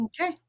okay